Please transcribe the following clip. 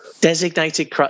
designated